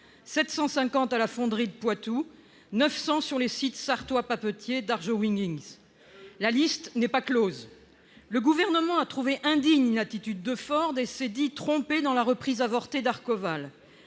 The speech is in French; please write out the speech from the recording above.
jeu à la Fonderie du Poitou, 900 sur les sites papetiers sarthois d'Arjowiggins. La liste n'est pas close. Le Gouvernement a trouvé indigne l'attitude de Ford et s'est dit trompé dans la reprise avortée d'Ascoval.